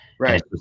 right